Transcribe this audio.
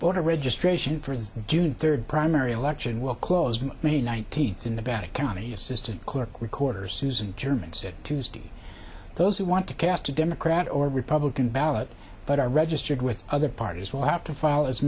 voter registration for june third primary election will close in may nineteenth in the batek county assistant clerk recorders susan german said tuesday those who want to cast a democrat or republican ballot but are registered with other parties will have to fall as